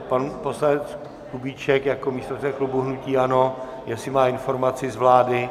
Pan poslanec Kubíček jako místopředseda klubu hnutí ANO jestli má informaci z vlády?